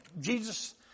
Jesus